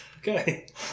Okay